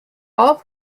all